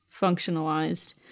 functionalized